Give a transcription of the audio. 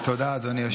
תודה, אדוני היושב-ראש.